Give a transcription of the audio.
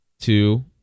two